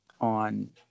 on